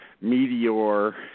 Meteor